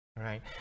right